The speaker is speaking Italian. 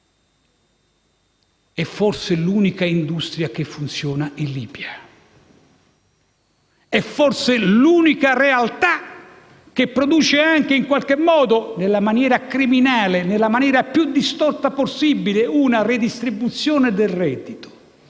è forse l'unica industria che funziona in Libia, forse l'unica realtà che produce, in modo criminale e nella maniera più distorta possibile, una redistribuzione del reddito